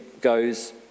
goes